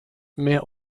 mehr